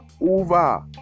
over